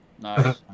Nice